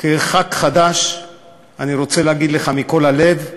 כחבר כנסת חדש אני רוצה להגיד לך מכל הלב: